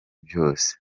byose